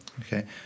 okay